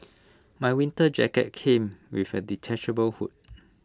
my winter jacket came with A detachable hood